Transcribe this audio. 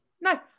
No